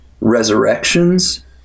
resurrections